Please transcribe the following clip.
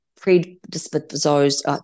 predisposed